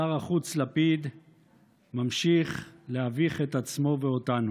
שר החוץ לפיד ממשיך להביך את עצמו ואותנו.